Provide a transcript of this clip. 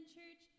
church